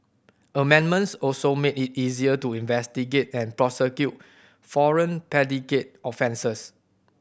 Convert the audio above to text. amendments also made it easier to investigate and prosecute foreign predicate offences